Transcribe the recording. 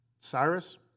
Cyrus